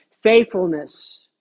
faithfulness